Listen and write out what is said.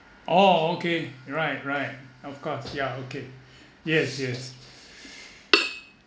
orh okay right right of course ya okay yes yes